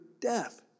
death